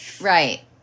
Right